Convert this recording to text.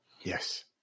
Yes